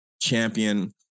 champion